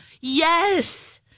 Yes